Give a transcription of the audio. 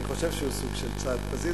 אני חושב שהוא סוג של צעד פזיז.